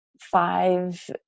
five